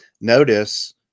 notice